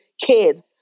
kids